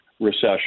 recession